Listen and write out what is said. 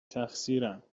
تقصیرم